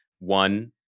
One